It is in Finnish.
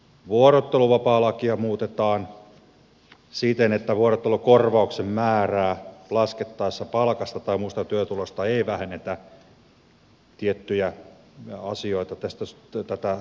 vuorotteluvapaalakia muutetaan siten että vuorottelukorvauksen määrää laskettaessa palkasta tai muusta työtulosta ei vähennetä tätä suojaosaa